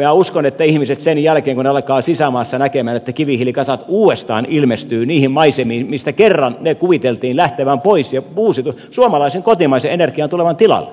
minä uskon että kun ihmiset alkavat sisämaassa näkemään että kivihiilikasat uudestaan ilmestyvät niihin maisemiin mistä kerran niiden kuviteltiin lähtevän pois ja minne kuviteltiin suomalaisen kotimaisen energian tulevan tilalle